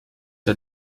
der